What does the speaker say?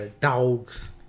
dogs